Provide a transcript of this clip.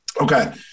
Okay